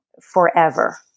forever